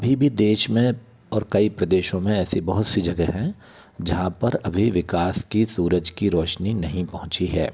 अभी भी देश मे और कई प्रदेशों मे ऐसी बहुत सी जगह है जहाँ पर अभी विकास की सूरज की रोशनी नही पहुँची है